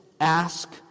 ask